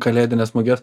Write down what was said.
kalėdines muges